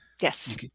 Yes